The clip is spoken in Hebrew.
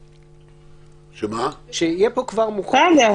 נגיש יותר או ייתן שירותים יותר טובים?